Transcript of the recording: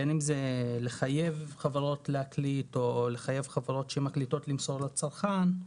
בין אם זה לחייב חברות להקליט או לחייב חברות שמקליטות למסור לצרכן,